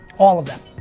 all of them.